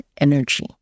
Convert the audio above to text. energy